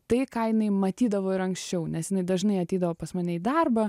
tai ką jinai matydavo ir anksčiau nes jinai dažnai ateidavo pas mane į darbą